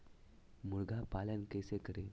मुर्गी पालन कैसे करें?